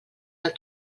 del